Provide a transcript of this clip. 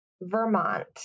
Vermont